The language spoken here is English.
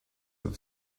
have